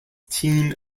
team